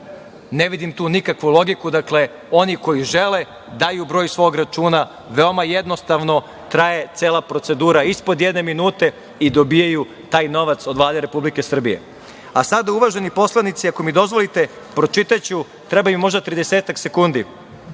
Ne vidim tu nikakvu logiku. Dakle, oni koji žele daju broj svog računa. Veoma jednostavno, traje cela procedura ispod jedne minute i dobijaju taj novac od Vlade Republike Srbije. Sada uvaženi poslanice ako mi dozvolite, pročitaću, trebaju mi možda tridesetak